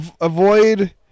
Avoid-